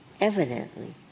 evidently